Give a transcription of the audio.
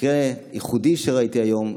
מקרה ייחודי שראיתי היום,